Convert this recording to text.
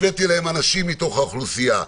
הבאתי להם אנשים מתוך האוכלוסייה,